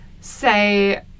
say